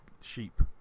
sheep